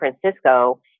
Francisco